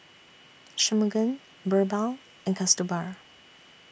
Shunmugam Birbal and Kasturba